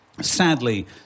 sadly